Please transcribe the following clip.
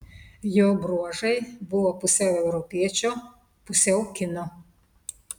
jo bruožai buvo pusiau europiečio pusiau kino